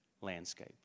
landscape